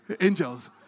Angels